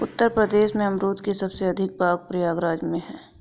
उत्तर प्रदेश में अमरुद के सबसे अधिक बाग प्रयागराज में है